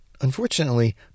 Unfortunately